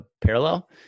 parallel